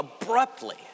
abruptly